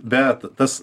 bet tas